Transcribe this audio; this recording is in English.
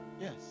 Yes